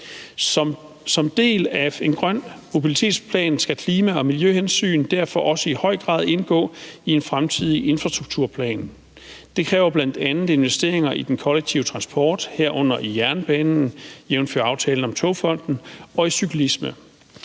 Som del af en grøn mobilitetsplan kan klima- og miljøhensyn derfor også i høj grad indgå i en fremtidig infrastrukturplan. Det kræver bl.a. investeringer i den kollektive transport, herunder i jernbanen, jævnfør aftalen om Togfonden, og i cyklisme.